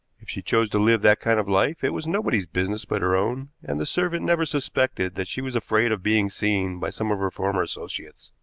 if she chose to live that kind of life, it was nobody's business but her own, and the servant never suspected that she was afraid of being seen by some of her former associates.